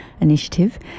initiative